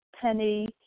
Penny